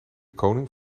koning